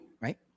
right